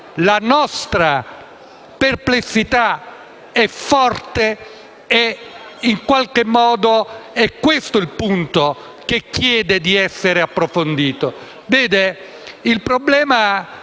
la nostra perplessità è forte e in qualche modo è questo il punto che chiede di essere approfondito.